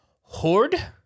Horde